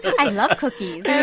i love cookies yeah